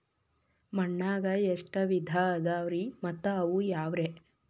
ಮಣ್ಣಾಗ ಎಷ್ಟ ವಿಧ ಇದಾವ್ರಿ ಮತ್ತ ಅವು ಯಾವ್ರೇ?